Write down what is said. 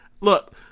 Look